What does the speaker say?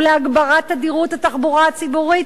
ולהגברת תדירות התחבורה הציבורית,